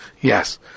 yes